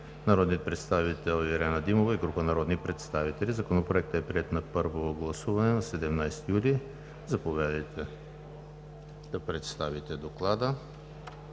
народният представител Ирена Димова и група народни представители. Законопроектът е приет на първо гласуване на 17 юли 2020 г. Заповядайте да представите Доклада.